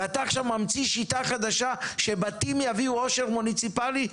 אתה עכשיו ממציא עכשיו שיטה חדשה שבתים יביאו עושר מוניציפלי?